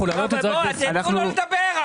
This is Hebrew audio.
תנו לו לדבר.